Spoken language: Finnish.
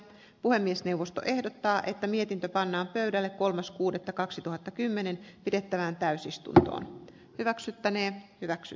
puhemiesneuvosto ehdottaa että mietintö pannaan pöydälle kolmas kuudetta kaksituhattakymmenen pidettävään täysistunto hyväksyttäneen hyväksy